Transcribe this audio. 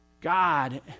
God